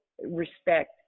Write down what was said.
respect